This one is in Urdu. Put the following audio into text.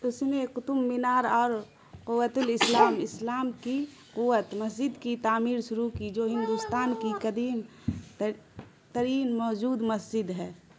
اس نے قطب مینار اور قوۃ الاسلام اسلام کی قوت مسجد کی تعمیر شروع کی جو ہندوستان کی قدیم ترین موجود مسجد ہے